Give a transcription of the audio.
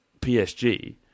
PSG